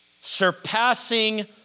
surpassing